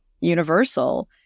Universal